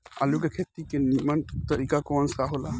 आलू के खेती के नीमन तरीका कवन सा हो ला?